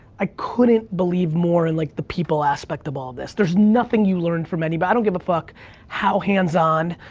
i couldn't believe more, in like, the people aspect of all of this. there's nothing you learn from anybody, i don't give a fuck how hands on,